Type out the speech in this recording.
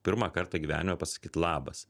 pirmą kartą gyvenime pasakyt labas